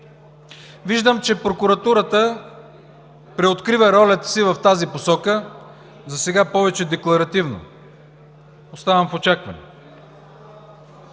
Виждам, че прокуратурата преоткрива ролята си в тази посока – засега повече декларативно. Оставам в очакване.